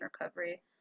recovery